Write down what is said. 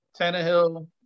Tannehill